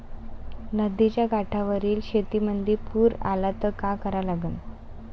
नदीच्या काठावरील शेतीमंदी पूर आला त का करा लागन?